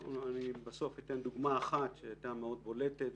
בסוף אתן דוגמה אחת שהייתה מאוד בולטת,